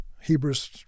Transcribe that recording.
Hebrews